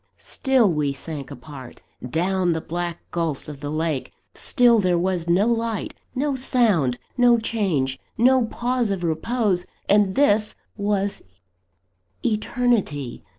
still we sank apart, down the black gulphs of the lake still there was no light, no sound, no change, no pause of repose and this was eternity